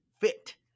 fit